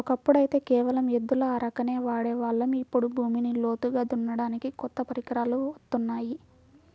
ఒకప్పుడైతే కేవలం ఎద్దుల అరకనే వాడే వాళ్ళం, ఇప్పుడు భూమిని లోతుగా దున్నడానికి కొత్త పరికరాలు వత్తున్నాయి